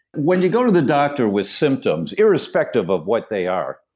when you go to the doctor with symptoms, irrespective of what they are,